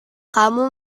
kamu